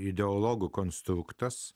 ideologų konstruktas